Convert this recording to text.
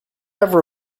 have